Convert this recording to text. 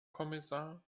kommissar